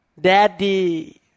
daddy